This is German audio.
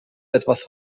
etwas